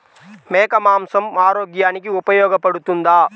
మేక మాంసం ఆరోగ్యానికి ఉపయోగపడుతుందా?